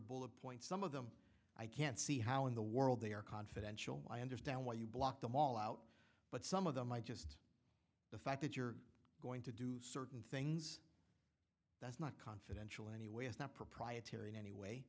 bullet points some of them i can't see how in the world they are confidential i understand why you blocked them all out but some of them might just the fact that you're going to do certain things that's not confidential anyway is not proprietary in any way